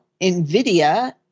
NVIDIA